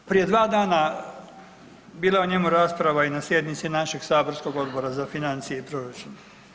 Prije 2 dana bila je o njemu rasprava i na sjednici našeg saborskog Odbora za financije i proračun.